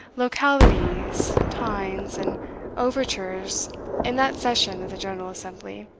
localities, teinds, and overtures in that session of the general assembly,